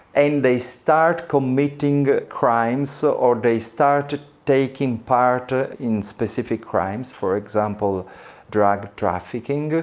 and they start committing crimes so or they start ah taking part in specific crimes, for example drug trafficking,